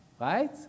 Right